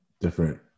different –